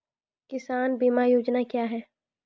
किसान बीमा योजना क्या हैं?